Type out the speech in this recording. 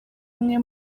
umwe